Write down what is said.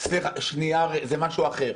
סליחה, זה משהו אחר.